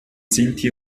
sinti